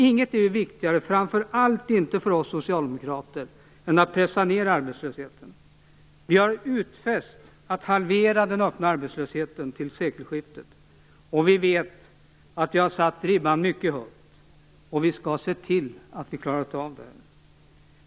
Inget är viktigare, framför allt inte för oss socialdemokrater, än att pressa ned arbetslösheten. Vi har utfäst att halvera den öppna arbetslösheten till sekelskiftet. Vi vet att vi har satt ribban mycket högt, och vi skall se till att vi klarar av det.